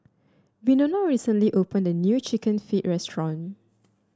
Winona recently opened a new chicken feet restaurant